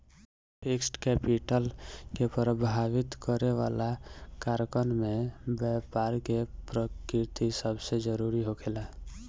fixed capital के प्रभावित करे वाला कारकन में बैपार के प्रकृति सबसे जरूरी होखेला